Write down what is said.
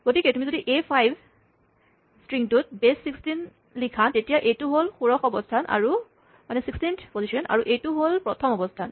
গতিকে তুমি যদি "A5" বেচ ১৬ ত লিখা তেতিয়া এইটো হ'ল ষোড়শ অৱস্হান আৰু এইটো হ'ল প্ৰথম অৱস্হান